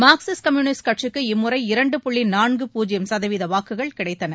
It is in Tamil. மார்க்சிஸ்ட் கம்யூனிஸ்ட் கட்சிக்கு இம்முறை இரண்டு புள்ளி நான்கு பூஜ்யம் சதவீத வாக்குகள் கிடைத்தன